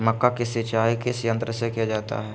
मक्का की सिंचाई किस यंत्र से किया जाता है?